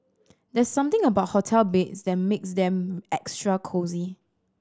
there's something about hotel beds that makes them extra cosy